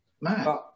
Man